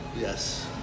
Yes